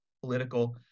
political